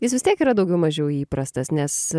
jis vis tiek yra daugiau mažiau įprastas nes